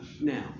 now